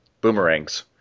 boomerangs